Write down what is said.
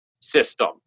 system